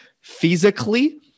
physically